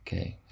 Okay